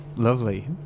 Lovely